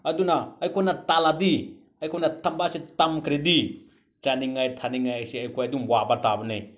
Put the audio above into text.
ꯑꯗꯨꯅ ꯑꯩꯈꯣꯏꯅ ꯇꯜꯂꯗꯤ ꯑꯩꯈꯣꯏꯅ ꯊꯕꯛ ꯑꯁꯤ ꯇꯟꯈ꯭ꯔꯗꯤ ꯆꯥꯅꯤꯡꯉꯥꯏ ꯊꯛꯅꯤꯡꯉꯥꯏꯁꯦ ꯑꯩꯈꯣꯏ ꯑꯗꯨꯝ ꯋꯥꯕ ꯇꯥꯕꯅꯦ